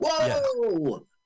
Whoa